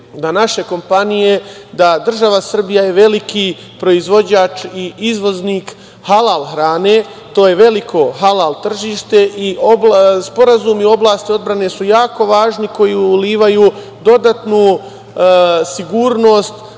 naše kompanije, da je država Srbija veliki proizvođač i izvoznik halal hrane, to je veliko halal tržište i sporazumi u oblasti odbrane su jako važni, koji ulivaju dodatnu sigurnost